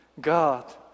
God